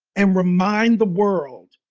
and remind the world